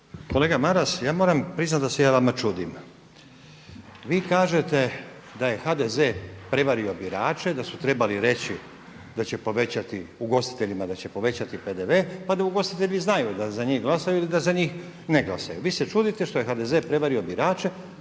Kolega Maras ja moram priznati da se ja vama čudim. Vi kažete da je HDZ prevario birače, da su trebali reći da će povećati ugostiteljima PDV pa da ugostitelji znaju da za njih glasaju ili da za njih ne glasate. Vi se čudite što je HDZ prevario birače